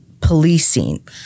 policing